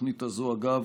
לתוכנית הזו, אגב,